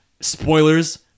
spoilers